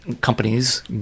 companies